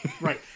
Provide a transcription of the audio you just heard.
Right